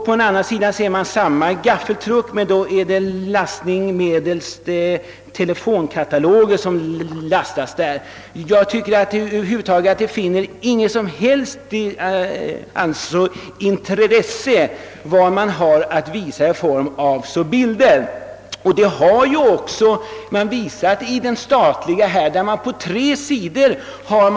På nästa sida förekommer samma gaffeltruck, men där är det telefonkataloger som lastas. Jag tycker över huvud taget inte att dessa bilder har något som helst intresse. I handelsdepartementets broschyr har man lyckats komprimera sitt bildmaterial till tre sidor.